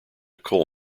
coal